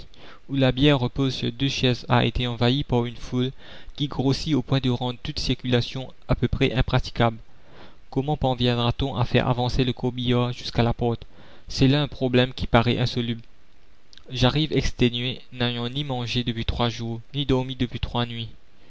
où la bière repose sur deux chaises a été envahie par une foule qui grossit au point de rendre toute circulation à peu près impraticable comment parviendra t on à faire avancer le corbillard jusqu'à la porte c'est là un problème qui paraît insoluble j'arrive exténué n'ayant ni mangé depuis trois jours ni dormi depuis trois nuits